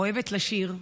אוהבת לשיר,